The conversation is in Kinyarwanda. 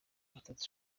nagatatu